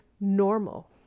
normal